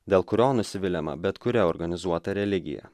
dėl kurio nusiviliama bet kuria organizuota religija